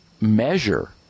measure